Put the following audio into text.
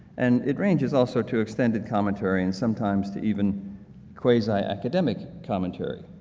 and it ranges also to extended commentary and sometimes to even quasi-academic commentary.